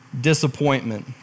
disappointment